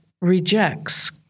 rejects